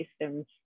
systems